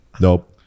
nope